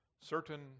certain